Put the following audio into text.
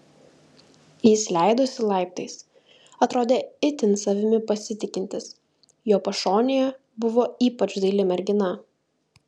jis leidosi laiptais atrodė itin savimi pasitikintis jo pašonėje buvo ypač daili mergina